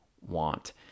want